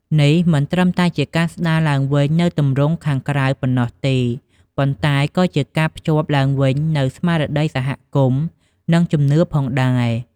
នេះមិនត្រឹមតែជាការស្ដារឡើងវិញនូវទម្រង់ខាងក្រៅប៉ុណ្ណោះទេ ប៉ុន្តែក៏ជាការភ្ជាប់ឡើងវិញនូវស្មារតីសហគមន៍ និងជំនឿផងដែរ។